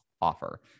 offer